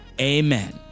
amen